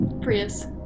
Prius